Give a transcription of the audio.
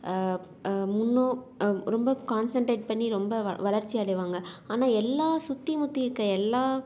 முன்னும் ரொம்ப கான்சென்ட்ரேட் பண்ணி ரொம்ப வ வளர்ச்சி அடைவாங்க ஆனால் எல்லா சுற்றி முத்தி இருக்க எல்லா